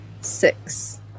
six